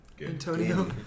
Antonio